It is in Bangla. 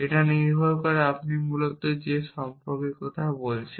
এটা নির্ভর করে আপনি মূলত যে সম্পর্কের কথা বলছেন